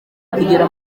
kugaruka